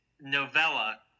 novella